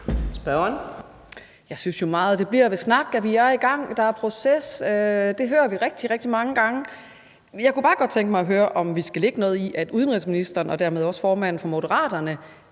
(DD): Jeg synes jo meget, at det bliver ved snakken: Man er i gang, og der er en proces. Det hører vi rigtig, rigtig mange gange. Jeg kunne bare godt tænke mig at høre, om vi skal lægge noget i det, at udenrigsministeren og dermed også formanden for Moderaterne